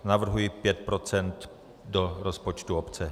Navrhuji 5 procent do rozpočtu obce.